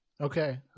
Okay